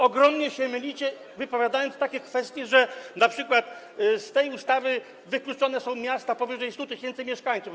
Ogromnie się mylicie, wypowiadając takie kwestie, że np. z tej ustawy wykluczone są miasta powyżej 100 tys. mieszkańców.